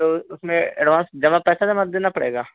तो उसमे एडभांस जमा पैसा जमा देना पड़ेगा